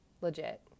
Legit